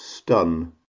Stun